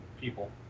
people